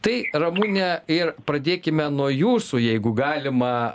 tai ramune ir pradėkime nuo jūsų jeigu galima